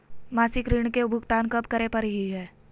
मासिक ऋण के भुगतान कब करै परही हे?